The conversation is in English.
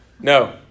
No